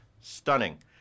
Stunning